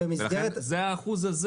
זה האחוז הזה.